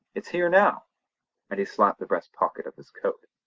it's here now and he slapped the breast pocket of his coat.